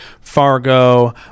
Fargo